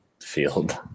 field